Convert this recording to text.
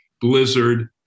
blizzard